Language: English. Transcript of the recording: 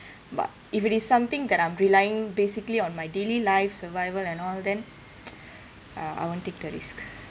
but if it is something that I'm relying basically on my daily life survival and all then uh I won't take a risk